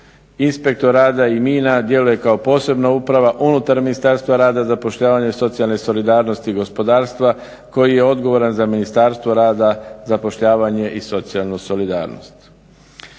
inspektor rada i … djeluje kao posebna uprava unutar Ministarstva rada, zapošljavanja i socijalne solidarnosti i gospodarstva koji je odgovoran za Ministarstvo rada, zapošljavanje i socijalnu solidarnost.